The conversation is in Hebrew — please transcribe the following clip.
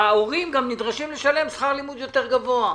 וההורים גם נדרשים לשלם שכר לימוד יותר גבוה.